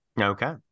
Okay